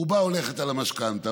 רובה הולכת על המשכנתה,